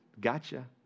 gotcha